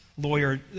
lawyer